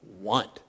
want